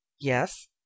Yes